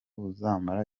uzamara